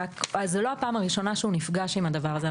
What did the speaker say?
רק זו לא פעם הראשונה שהוא נפגש עם הדבר הזה.